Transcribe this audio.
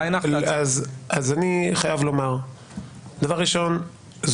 דבר ראשון,